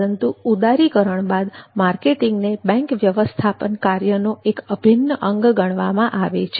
પરંતુ ઉદારીકરણ બાદ માર્કેટિંગને બેંક વ્યવસ્થાપન કાર્યનો એક અભિન્ન અંગ ગણવામાં આવે છે